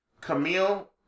Camille